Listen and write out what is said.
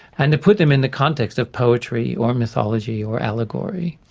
and to put them in the context of poetry or mythology or allegory,